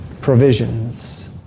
provisions